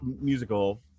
musical